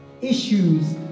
issues